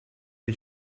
the